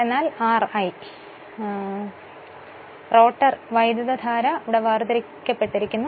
അതിനാൽ ഈ റോട്ടോർ വൈദ്യുത ധാര വേർതിരിക്കപ്പെട്ടിരിക്കുന്നു